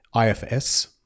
IFS